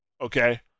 okay